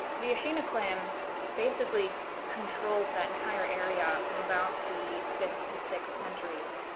the ashina clan basically controlled that entire area from about the fifth to sixth centuries,